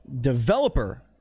developer